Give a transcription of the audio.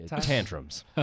tantrums